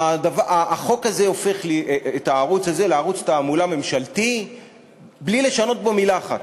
החוק הזה הופך את הערוץ הזה לערוץ תעמולה ממשלתי בלי לשנות בו מילה אחת,